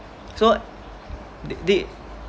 so they they